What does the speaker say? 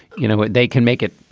you know, they can make it.